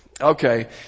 Okay